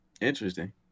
Interesting